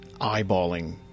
eyeballing